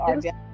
Yes